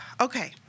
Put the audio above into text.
Okay